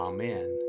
Amen